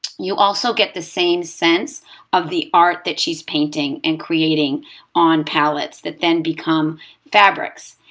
you also get the same sense of the art that she's painting and creating on pallets, that then become fabrics.